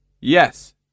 Yes